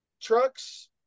trucks